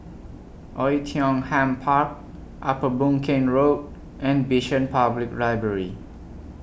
Oei Tiong Ham Park Upper Boon Keng Road and Bishan Public Library